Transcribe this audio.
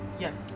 Yes